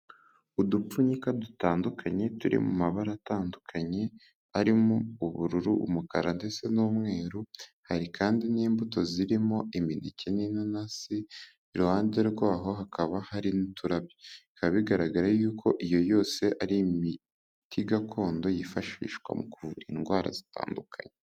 Udupfunyika dutandukanye turi mu mabara atandukanye arimo ubururu, umukara, ndetse n'umweru. Hari kandi n'imbuto zirimo imineke, n'inanasi. Iruhande rwaho hakaba hari n'uturabyo. Bikaba bigaragara yuko iyo yose ari imiti gakondo yifashishwa mu kuvura indwara zitandukanye.